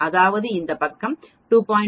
அதாவது இந்த பக்கம் 2